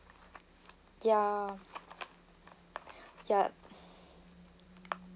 ya yup